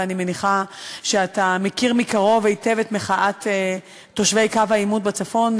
ואני מניחה שאתה מכיר היטב ומקרוב את המחאה שתושבי קו העימות בצפון,